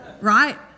right